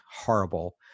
horrible